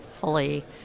fully